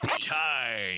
Time